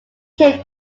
came